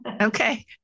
Okay